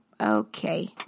okay